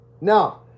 Now